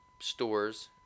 stores